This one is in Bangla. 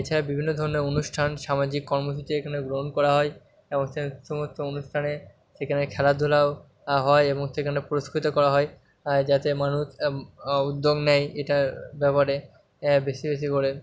এছাড়া বিভিন্ন ধরনের অনুষ্ঠান সামাজিক কর্মসূচি এখানে গ্রহণ করা হয় এবং সে সমস্ত অনুষ্ঠানে সেখানে খেলাধুলাও হয় এবং সেখানে পুরস্কৃত করা হয় যাতে মানুষ উদ্যোগ নেয় এটার ব্যাপারে বেশি বেশি করে